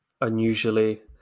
unusually